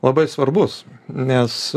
labai svarbus nes